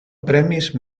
premis